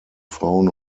frauen